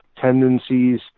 tendencies